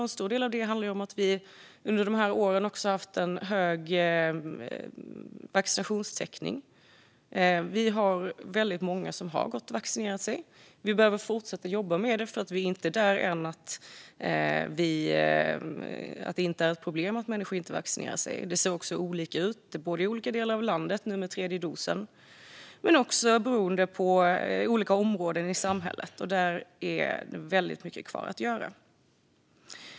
En stor del av detta handlar om att vi under dessa år har haft en hög vaccinationstäckning. Vi har väldigt många som har gått och vaccinerat sig. Vi behöver dock fortsätta att jobba med det, för det är ännu inte så att det inte är ett problem att människor inte vaccinerar sig. Det ser också olika ut i olika delar av landet, med den tredje dosen och på olika områden i samhället. Där finns det väldigt mycket kvar att göra.